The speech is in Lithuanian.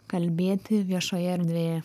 kalbėti viešoje erdvėje